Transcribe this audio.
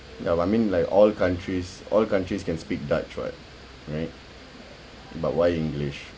ya but I mean like all countries all countries can speak dutch what right but why english